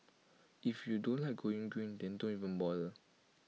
if you don't like going green then don't even bother